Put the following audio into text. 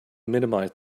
minimize